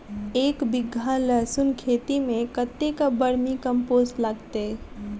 एक बीघा लहसून खेती मे कतेक बर्मी कम्पोस्ट लागतै?